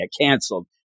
canceled